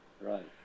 Right